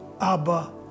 Abba